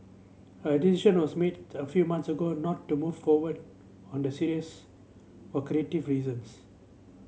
a decision was made a few months ago not to move forward on the series for creative reasons